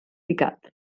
picat